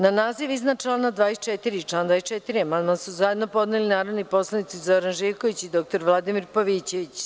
Na naziv iznadčlana 24. i član 24. amandman su zajedno podneli narodni poslanici Zoran Živković i dr Vladimir Pavićević.